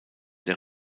der